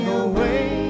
away